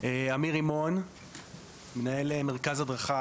שמי אמיר רימון ואני מנהל מרכז הדרכה